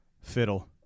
Fiddle